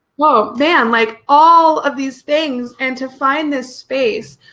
whoa man like all of these things and to find this space.